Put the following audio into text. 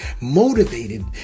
Motivated